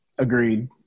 Agreed